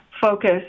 focus